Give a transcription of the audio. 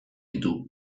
ditu